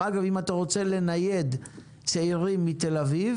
אגב, אם אתה רוצה לנייד צעירים מתל-אביב,